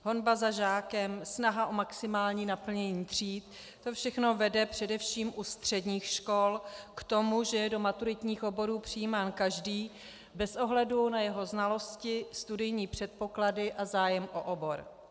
Honba za žákem, snaha o maximální naplnění tříd, to všechno vede především u středních škol k tomu, že je do maturitních oborů přijímán každý bez ohledu na jeho znalosti, studijní předpoklady a zájem o obor.